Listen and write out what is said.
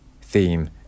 theme